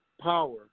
power